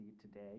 today